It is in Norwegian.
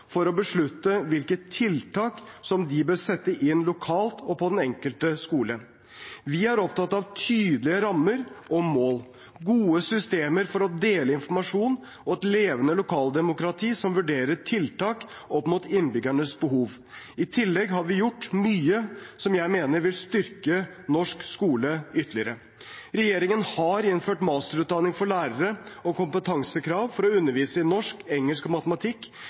for å beslutte hvilke tiltak som de bør sette inn lokalt og på den enkelte skole. Vi er opptatt av tydelige rammer og mål, gode systemer for å dele informasjon og et levende lokaldemokrati som vurderer tiltak opp mot innbyggernes behov. I tillegg har vi gjort mye som jeg mener vil styrke norsk skole ytterligere. Regjeringen har innført masterutdanning for lærere og kompetansekrav for å undervise i norsk, engelsk og matematikk.